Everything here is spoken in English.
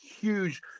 huge